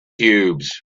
cubes